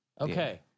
Okay